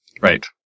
Right